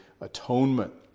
atonement